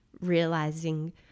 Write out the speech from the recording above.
realizing